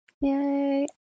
Yay